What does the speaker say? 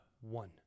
one